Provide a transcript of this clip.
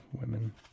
women